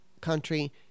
country